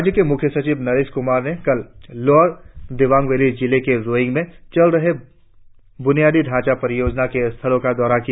राज्य के मुख्य सचिव नरेश कुमार ने कल लोअर दिवांग वैली जिले के रोईंग में चल रहे बुनियादी ढांचा परियोजनाओं के स्थलों का दौरा किया